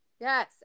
Yes